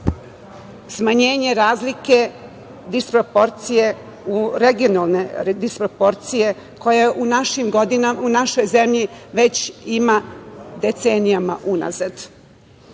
smanjenje razlike disproporcije koje u našoj zemlji već ima decenijama unazad. Ne